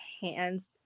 hands